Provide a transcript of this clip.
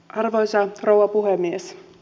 arvoisa rouva puhemies